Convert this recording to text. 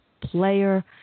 player